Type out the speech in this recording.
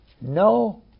No